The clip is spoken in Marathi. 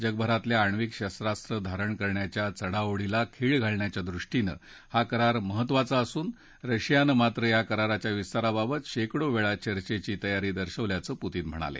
जगभरातल्या आणिवक शस्त्रास्त्र धारण करण्याच्या चढाओढीला खीळ घालण्याच्या दृष्टीनं हा करार महत्त्वाचा असून रशियानं मात्र या कराराच्या विस्ताराबाबत शेकडो वेळा चर्चेची तयारी दर्शवल्याचं पुतिन म्हणाले